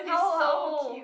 how old how old